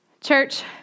Church